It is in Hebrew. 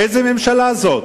איזו ממשלה זו,